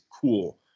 cool